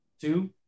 Two